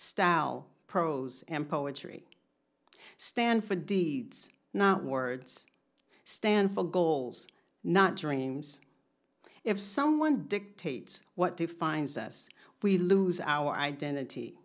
style prose and poetry stand for deeds not words stand for goals not dreams if someone dictates what defines us we lose our identity